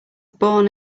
born